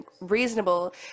reasonable